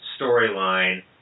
storyline